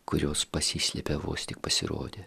kurios pasislėpia vos tik pasirodę